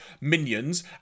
minions